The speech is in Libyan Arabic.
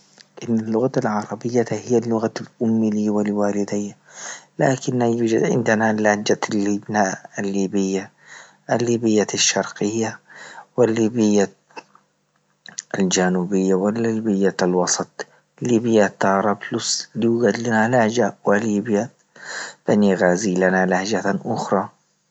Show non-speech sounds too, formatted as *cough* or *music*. أن اللغات العربية هي لغة لأم ولوالدي، لكن لا يوجد عندنا إلا أن لهجت الليبنا- الليبيا الليبياالشرقية والليبيا الجنوبية والليبيا الوسط ليبيا تارابلس *unintelligible* وليبيا بني غازي لنا لهجة أخرى.